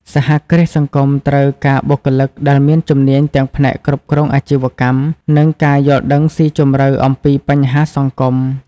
សហគ្រាសសង្គមត្រូវការបុគ្គលិកដែលមានជំនាញទាំងផ្នែកគ្រប់គ្រងអាជីវកម្ម និងការយល់ដឹងស៊ីជម្រៅអំពីបញ្ហាសង្គម ។